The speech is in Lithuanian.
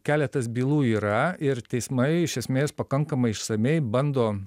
keletas bylų yra ir teismai iš esmės pakankamai išsamiai bando